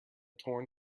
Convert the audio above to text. torn